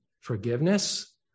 forgiveness